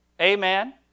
Amen